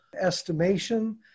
estimation